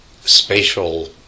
spatial